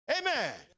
Amen